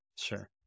Sure